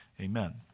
Amen